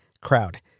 crowd